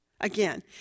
Again